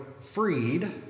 freed